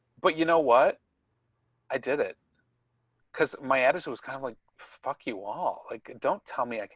but you know what i did it because my attitude was kind of like, fuck you, wall like don't tell me, like